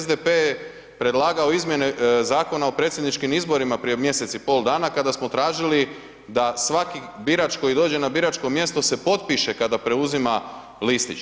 SDP je predlagao izmjene Zakona o predsjedničkim izborima prije mjesec i pol dana kada smo tražili da svaki birač koji dođe na biračko mjesto se potpiše kada preuzima listić.